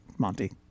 monty